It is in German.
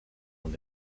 und